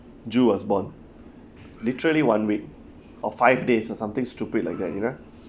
was born literally one week or five days or something stupid like that you know